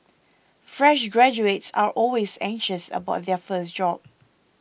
fresh graduates are always anxious about their first job